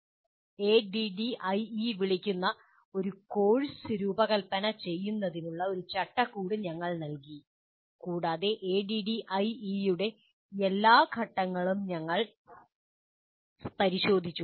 ADDIE എന്ന് വിളിക്കുന്ന ഒരു കോഴ്സ് രൂപകൽപ്പന ചെയ്യുന്നതിനുള്ള ഒരു ചട്ടക്കൂട് ഞങ്ങൾ നൽകി കൂടാതെ ADDIE യുടെ എല്ലാ ഘട്ടങ്ങളും ഞങ്ങൾ പരിശോധിച്ചു